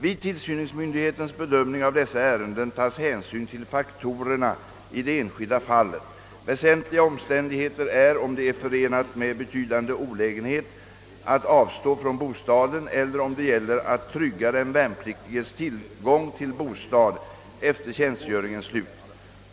Vid tillsynsmyndighetens bedömning av dessa ärenden tas hänsyn till faktorerna i det enskilda fallet. Väsentliga omständigheter är om det är förenat med betydande olägenheter att avstå från bostaden eller om det gäller att trygga den värnpliktiges tillgång till bostad efter tjänstgöringens slut.